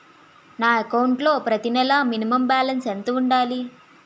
నా అకౌంట్ లో ప్రతి నెల మినిమం బాలన్స్ ఎంత ఉండాలి?